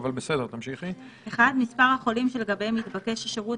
הבריאות מספר החולים שלגביהם התבקש השירות